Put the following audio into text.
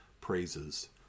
praises